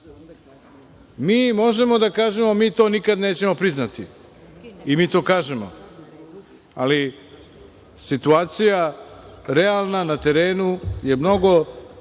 Mi možemo da kažemo – mi to nikad nećemo priznati, i mi to kažemo, ali situacija realna na terenu je mnogo